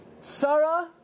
Sarah